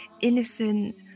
innocent